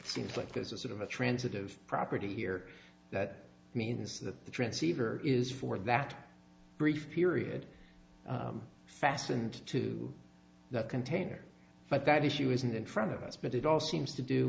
seems like there's a sort of a transitive property here that means that the transceiver is for that brief period fastened to the container but that issue isn't in front of us but it all seems to do